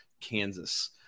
Kansas